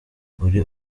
uri